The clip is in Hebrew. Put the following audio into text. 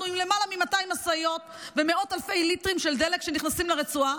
אנחנו עם יותר מ-200 משאיות ומאות אלפי ליטרים של דלק שנכנסים לרצועה,